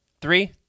three